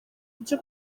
byo